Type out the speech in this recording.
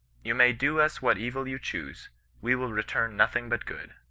you may do us what evil you choose we will return nothing but good